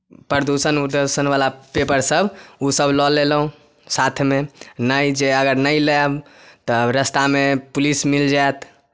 प्रदूषण वर्दुषणवला पेपरसभ ओसभ लऽ लेलहुँ साथमे नहि जे अगर नहि लेब तऽ रस्तामे पुलिस मिल जायत